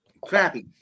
Crappy